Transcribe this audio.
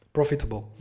Profitable